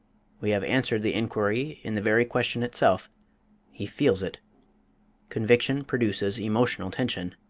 we have answered the inquiry in the very question itself he feels it conviction produces emotional tension.